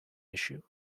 issue